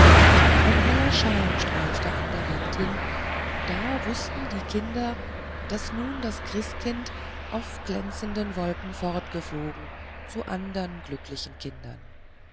ein heller schein streifte an der wand hin da wußten die kinder daß nun das christkind auf glänzenden wolken fortgeflogen zu andern glücklichen kindern